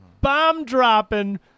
bomb-dropping